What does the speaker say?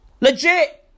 Legit